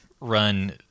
run